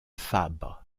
fabre